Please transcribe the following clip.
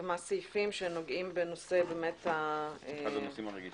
כמה סעיפים שנוגעים בנושא --- אחד הנושאים הרגישים.